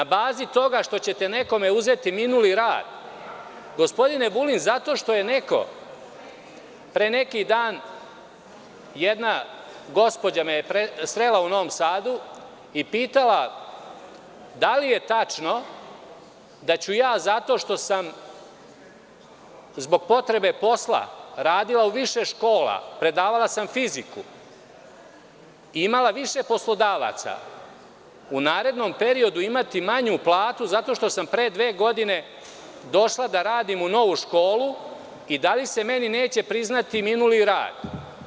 Na bazi toga što ćete nekome uzeti minuli rad, gospodine Vulin, zato što je neko, pre neki dan jedna gospođa me srela u Novom Sadu i pitala - da li je tačno da ću ja zato što sam zbog potrebe posla radila u više škola, predavala sam fiziku, imala više poslodavaca u narednom periodu imati manju platu zato što sam pre dve godine došla da radim u novu školu i da li se meni neće priznati minuli rad?